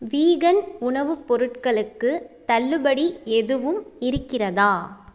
vegan உணவுப் பொருட்களுக்கு தள்ளுபடி எதுவும் இருக்கிறதா